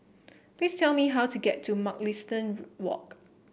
please tell me how to get to Mugliston Walk